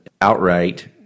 outright